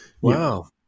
Wow